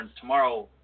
tomorrow